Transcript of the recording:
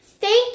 thank